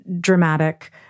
dramatic